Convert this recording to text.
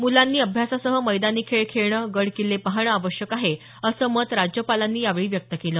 मुलांनी अभ्यासासह मैदानी खेळ खेळणे गडकिल्ले पाहणे आवश्यक आहे असं मत राज्यपालांनी यावेळी व्यक्त केलं